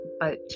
Boat